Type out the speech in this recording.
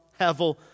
Hevel